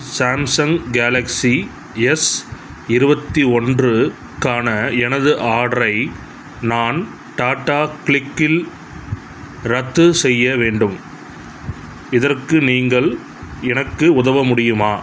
Samsung Galaxy S இருபத்தி ஒன்றுக்கான எனது ஆர்ட்ரை நான் டாடா கிளிக்கில் ரத்து செய்ய வேண்டும் இதற்கு நீங்கள் எனக்கு உதவ முடியுமா